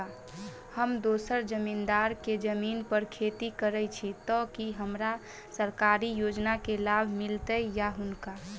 हम दोसर जमींदार केँ जमीन पर खेती करै छी तऽ की हमरा सरकारी योजना केँ लाभ मीलतय या हुनका?